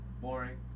Boring